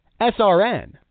SRN